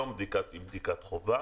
היום יש בדיקת חובה,